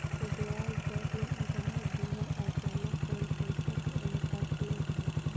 ब्याज दर में उधार दिहल आ जमा कईल पइसा के अनुपात में रहेला